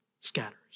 scatters